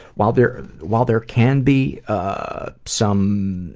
while there while there can be, ah, some